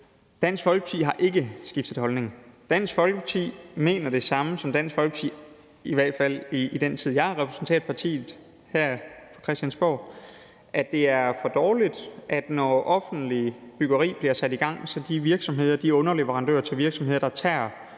Dansk Folkeparti har ikke skiftet holdning. Dansk Folkeparti mener det samme, som Dansk Folkeparti har ment i i hvert fald i den tid, jeg har repræsenteret partiet her på Christiansborg: at det, når offentligt byggeri bliver sat i gang, er for dårligt, at de virksomheder og de underleverandører til virksomheder, der tager